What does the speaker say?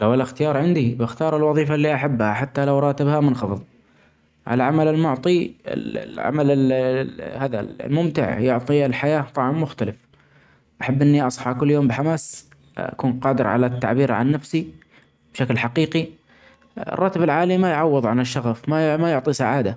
لو الإختيار عندي بختار الوظيفة إلي أحبها حتي لو راتبها منخفض. ها العمل المعطي العمل هذا الممتع يعطي الحياة طعم مختلف ، أحب إني أصحي كل يوم بحماس أكون قادر علي التعبير عن نفسي بشكل حقيقي ، الراتب العالي ما مايعوض عن الشغف ما يعطي سعادة.